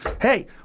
Hey